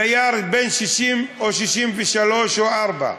דייר בן 60 או 63 או 64,